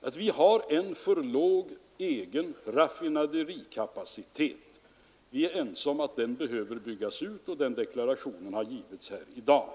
att Sverige har en för låg egen raffinaderikapacitet. Vi är ense om att den behöver byggas ut. Men den deklarationen har gjorts i dag.